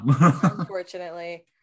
Unfortunately